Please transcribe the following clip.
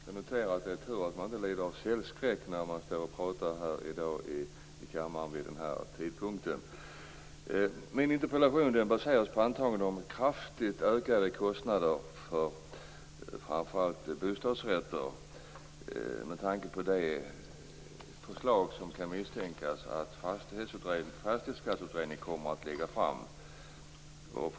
Fru talman! Jag noterar att det är tur att man inte lider av torgskräck när man pratar här i kammaren vid den här tidpunkten i dag. Min interpellation baserades på antaganden om kraftigt ökade kostnader för framför allt bostadsrätter med tanke på det förslag man kan misstänka att Fastighetsskatteutredningen kommer att lägga fram.